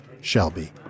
Shelby